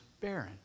barren